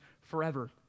forever